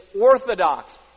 orthodox